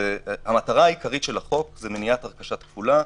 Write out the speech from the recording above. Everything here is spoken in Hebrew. המטרה העיקרית של החוק היא מניעת הרכשה כפולה,